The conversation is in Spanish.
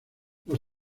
los